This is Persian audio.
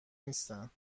نیستند